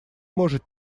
может